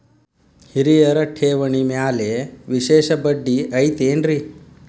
ಹಿರಿಯರ ಠೇವಣಿ ಮ್ಯಾಲೆ ವಿಶೇಷ ಬಡ್ಡಿ ಐತೇನ್ರಿ?